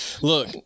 Look